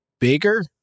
bigger